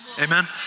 amen